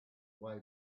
way